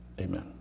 Amen